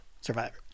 Survivor